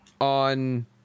on